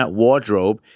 wardrobe